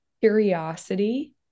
curiosity